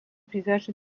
visage